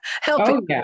Helping